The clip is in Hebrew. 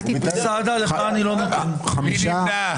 מי נמנע?